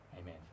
Amen